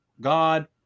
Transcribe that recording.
God